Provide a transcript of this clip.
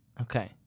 Okay